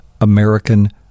American